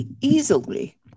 easily